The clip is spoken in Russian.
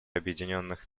объединенных